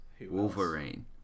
Wolverine